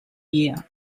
year